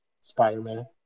Spider-Man